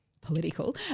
political